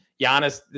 Giannis